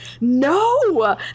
no